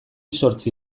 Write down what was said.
zortzi